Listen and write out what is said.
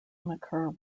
occur